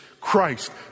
Christ